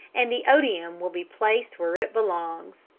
and the odium will be placed where it belongs.